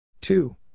Two